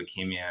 leukemia